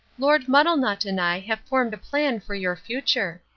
lord muddlenut and i have formed a plan for your future.